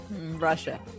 Russia